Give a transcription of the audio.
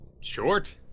short